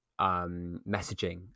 messaging